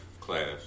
class